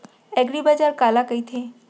एगरीबाजार काला कहिथे?